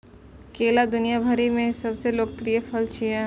केला दुनिया भरि मे सबसं लोकप्रिय फल छियै